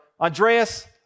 Andreas